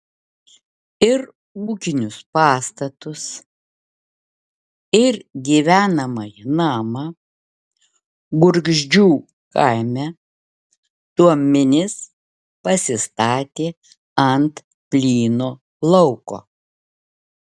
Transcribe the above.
ir ūkinius pastatus ir gyvenamąjį namą gurgždžių kaime tuominis pasistatė ant plyno lauko